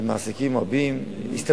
מעסיקים רבים, הסתדרות,